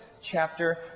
chapter